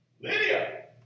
Lydia